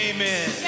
Amen